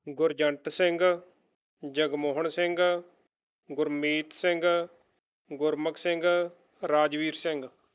Gurjant Singh Jagmohan Singh Gurmeet Singh Gurmukh Singh Rajveer Singh